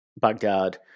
Baghdad